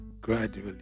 gradually